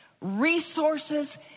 resources